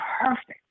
perfect